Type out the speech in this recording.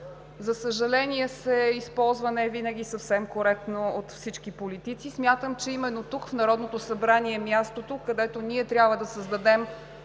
за съжаление, се използва невинаги съвсем коректно от всички политици, смятам, че именно тук, в Народното събрание, е мястото, където ние трябва да създадем